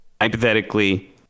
Hypothetically